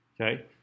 okay